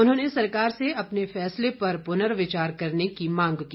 उन्होंने सरकार से अपने फैसले पर पुनर्विचार करने की मांग की